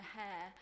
hair